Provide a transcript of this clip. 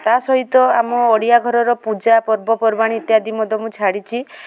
ତା ସହିତ ଆମ ଓଡ଼ିଆ ଘରର ପୂଜା ପର୍ବପର୍ବାଣି ଇତ୍ୟାଦି ମଧ୍ୟ ମୁଁ ଛାଡ଼ିଛି